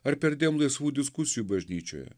ar perdėm laisvų diskusijų bažnyčioje